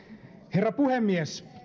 herra puhemies